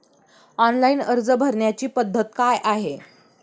Online अर्ज भरण्याची पद्धत काय आहे?